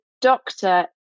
doctor